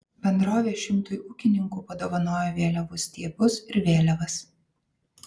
bendrovė šimtui ūkininkų padovanojo vėliavų stiebus ir vėliavas